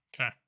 Okay